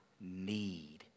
need